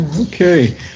Okay